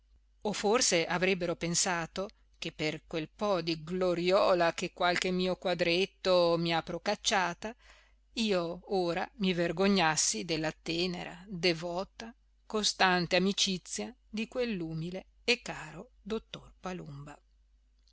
o forse avrebbero pensato che per quel po di gloriola che qualche mio quadretto mi ha procacciata io ora mi vergognassi della tenera devota costante amicizia di quell'umile e caro dottor palumba